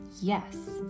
yes